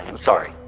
sorry,